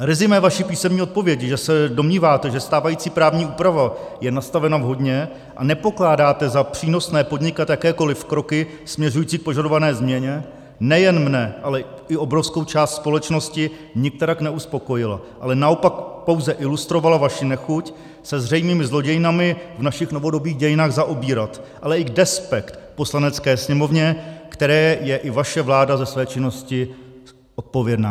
Resumé vaší písemné odpovědi, že se domníváte, že stávající právní úprava je nastavena vhodně a nepokládáte za přínosné podnikat jakékoli kroky směřující k požadované změně, nejen mne, ale i obrovskou část společnosti nikterak neuspokojila, ale naopak pouze ilustrovala vaši nechuť se zřejmými zlodějnami v našich novodobých dějinách zaobírat, ale i despekt k Poslanecké sněmovně, které je i vaše vláda ze své činnosti odpovědná.